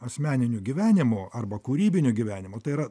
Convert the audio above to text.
asmeniniu gyvenimu arba kūrybiniu gyvenimu tai yra